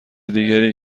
دیگری